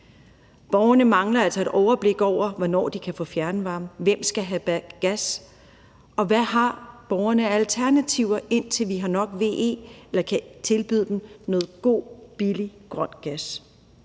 Borgerne mangler altså et overblik over, hvornår de kan få fjernvarme, og hvem der skal have gas. Og hvad har borgerne af alternativer, indtil vi har nok VE eller kan tilbyde dem noget god, billig grøn gas?